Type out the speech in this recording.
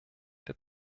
der